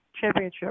championship